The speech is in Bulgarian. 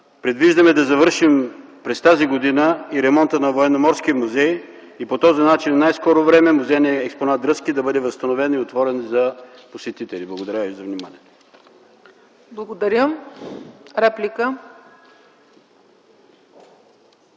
предвиждаме да завършим през тази година и ремонта на Военноморския музей - по този начин в най-скоро време музейният експонат „Дръзки” да бъде възстановен и отворен за посетители. Благодаря ви за вниманието.